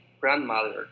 grandmother